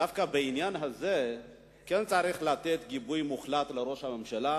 דווקא בעניין הזה כן צריך לתת גיבוי מוחלט לראש הממשלה